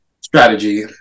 Strategy